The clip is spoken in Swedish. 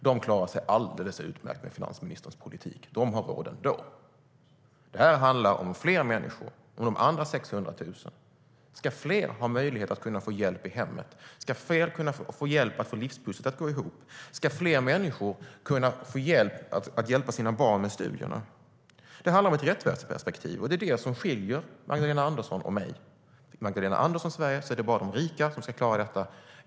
De klarar sig alldeles utmärkt med finansministerns politik. De har råd ändå. Det här handlar om fler människor, om de övriga 600 000. Ska fler kunna få hjälp i hemmet, få hjälp med att få livspusslet att gå ihop, kunna hjälpa barnen med studierna? Det handlar om ett välfärdsperspektiv. Det är vad som skiljer Magdalena Andersson och mig. I Magdalena Anderssons Sverige är det bara de rika som ska klara detta.